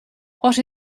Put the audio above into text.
what